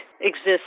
exists